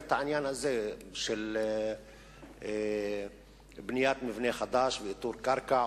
את העניין הזה של בניית מבנה חדש ואיתור קרקע,